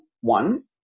one